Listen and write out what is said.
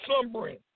slumbering